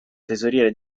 tesoriere